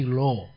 law